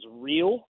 real